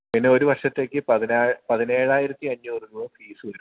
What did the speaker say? പിന്നെ ഒരു വർഷത്തേക്ക് പതിനേഴായിരത്തി അഞ്ഞൂറ് രൂപ ഫീസ് വരും